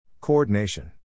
Coordination